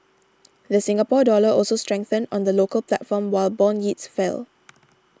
the Singapore Dollar also strengthened on the local platform while bond yields fell